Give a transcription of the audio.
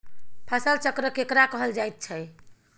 फसल चक्र केकरा कहल जायत छै?